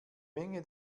menge